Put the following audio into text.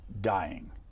dying